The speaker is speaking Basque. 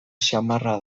samarra